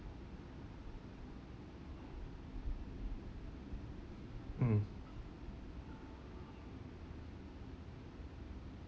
mm